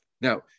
Now